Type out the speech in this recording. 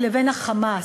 לבין ה"חמאס".